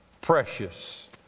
precious